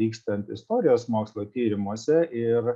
vykstant istorijos mokslo tyrimuose ir